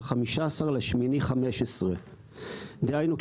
ב-15 באוגוסט 2015. דהיינו,